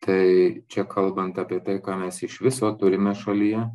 tai čia kalbant apie tai ką mes iš viso turime šalyje